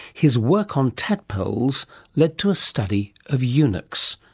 his work on tadpoles led to a study of eunuchs,